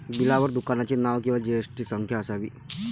बिलावर दुकानाचे नाव किंवा जी.एस.टी संख्या असावी